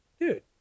Dude